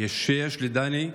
שיש לדני,